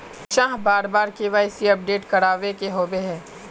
चाँह बार बार के.वाई.सी अपडेट करावे के होबे है?